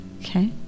okay